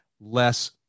less